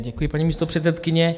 Děkuji, paní místopředsedkyně.